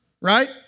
right